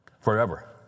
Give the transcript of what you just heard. forever